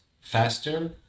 faster